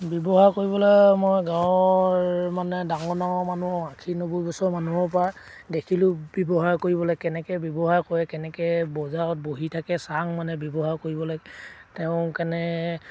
ব্যৱহাৰ কৰিবলৈ মই গাঁৱৰ মানে ডাঙৰ ডাঙৰ মানুহ আশী নব্বৈ বছৰ মানুহৰ পৰা দেখিলোঁ ব্যৱহাৰ কৰিবলৈ কেনেকৈ ব্যৱহাৰ কৰে কেনেকৈ বজাৰত বহি থাকে চাং মানে ব্যৱহাৰ কৰিবলৈ তেওঁ কেনে